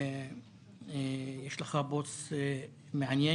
יש לך בוס מעניין,